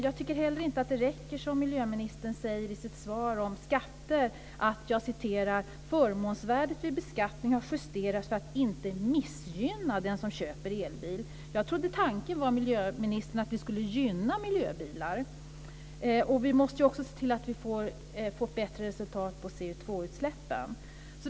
Jag tycker inte heller att det räcker med det som miljöministern säger i sitt svar om skatter, att "förmånsvärdet vid beskattning har även justerats så att det inte missgynnar den som vill köpa en elbil". Jag trodde att tanken var, miljöministern, att vi skulle gynna miljöbilar. Vi måste också se till att vi får bättre resultat när det gäller CO2-utsläppen.